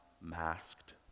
masked